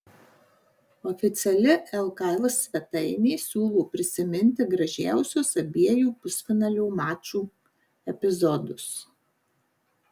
oficiali lkl svetainė siūlo prisiminti gražiausius abiejų pusfinalio mačų epizodus